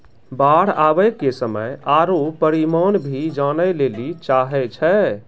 बाढ़ आवे के समय आरु परिमाण भी जाने लेली चाहेय छैय?